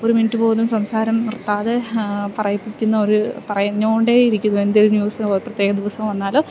ഒരു മിനിറ്റ് പോലും സംസാരം നിർത്താതെ പറയിപ്പിക്കുന്ന ഒരു പറഞ്ഞോണ്ടേ ഇരിക്കുന്ന എന്തേലും ന്യൂസോ പ്രത്യേക ദിവസം വന്നാൽ